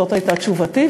זאת הייתה תשובתי,